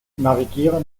navigiere